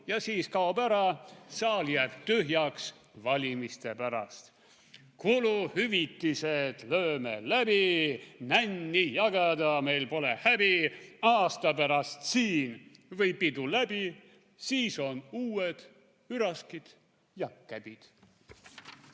ja siis kaob ära. / Saal jääb tühjaks valimiste pärast. / Kuluhüvitised lööme läbi, / nänni jagada meil pole häbi. / Aasta pärast siin või pidu läbi, / siis on uued üraskid ja käbid.